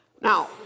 Now